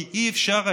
כי לא היה אפשר,